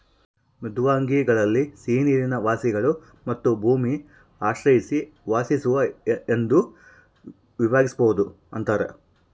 ಮೃದ್ವಂಗ್ವಿಗಳಲ್ಲಿ ಸಿಹಿನೀರಿನ ವಾಸಿಗಳು ಮತ್ತು ಭೂಮಿ ಆಶ್ರಯಿಸಿ ವಾಸಿಸುವ ಎಂದು ವಿಭಾಗಿಸ್ಬೋದು ಅಂತಾರ